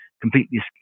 completely